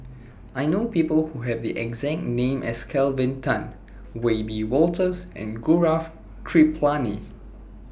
I know People Who Have The exact name as Kelvin Tan Wiebe Wolters and Gaurav Kripalani